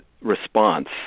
response